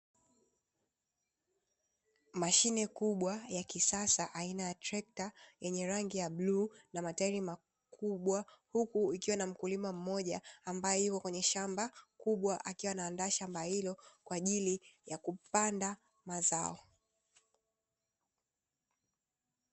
Mashine kubwa ya kisasa aina ya trekta yenye rangi ya bluu na matairi makubwa, huku ikiwa na mkulima mmoja ambaye yuko kwenye shamba kubwa akiwa ana andaa shamba hilo kwa ajili ya kupanda mazao.